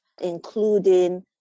including